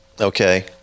Okay